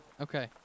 Okay